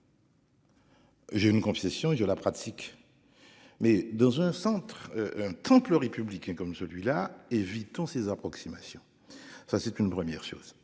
J'ai une conversation et la pratique. Mais dans un centre un temple républicain comme celui-là, évitons ces approximations. Ça c'est une première chose,